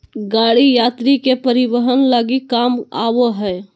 गाड़ी यात्री के परिवहन लगी काम आबो हइ